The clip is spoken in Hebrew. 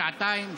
שעתיים,